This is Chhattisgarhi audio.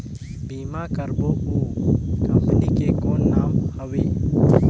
बीमा करबो ओ कंपनी के कौन नाम हवे?